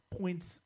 points